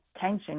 tension